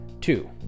Two